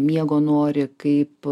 miego nori kaip